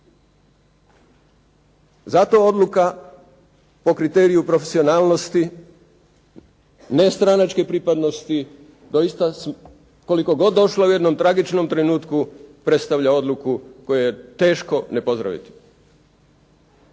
Zato odluka po kriteriju profesionalnosti, nestranačke pripadnosti doista koliko god došla u jednom tragičnom trenutku, predstavlja odluku koju je teško ne pozdraviti.